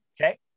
okay